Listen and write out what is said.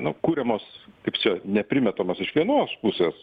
nu kuriamos kaip čia neprimetamos iš vienos pusės